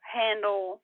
handle